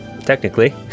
technically